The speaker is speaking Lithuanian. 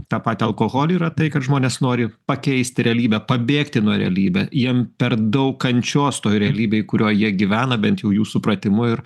tą patį alkoholį yra tai kad žmonės nori pakeisti realybę pabėgti nuo realybė jiem per daug kančios toj realybėj kurioj jie gyvena bent jau jų supratimu ir